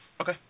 Okay